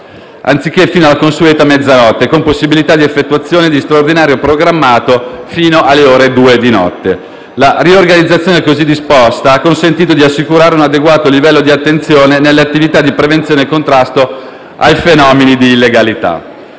anziché fino alla consueta mezzanotte, con possibilità di effettuazione di straordinario programmato fino alle ore due di notte. La riorganizzazione così disposta ha consentito di assicurare un adeguato livello di attenzione nelle attività di prevenzione e contrasto dei fenomeni di illegalità.